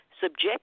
subject